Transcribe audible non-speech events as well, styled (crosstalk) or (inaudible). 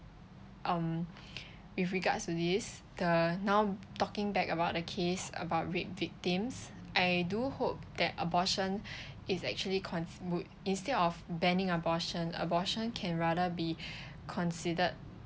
um (breath) with regards to this the now talking back about the case about rape victims I do hope that abortion (breath) is actually cons~ would instead of banning abortion abortion can rather be (breath) considered